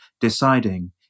deciding